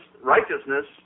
righteousness